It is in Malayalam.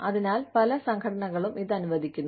അതിനാൽ പല സംഘടനകളും ഇത് അനുവദിക്കുന്നു